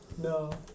No